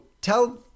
tell